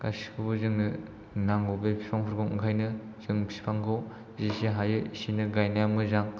गासिखौबो जोंनो नांगौ बे बिफांफोरखौ ओंखायनो जों बिफांखौ जेसे हायो इसिबां गायनाया मोजां